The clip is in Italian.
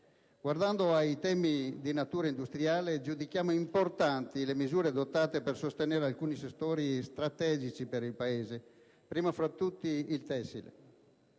Guardando ai temi di natura industriale, giudichiamo importanti le misure adottate per sostenere alcuni settori strategici per il Paese, primo fra tutti quello